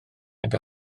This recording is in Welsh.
nag